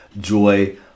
joy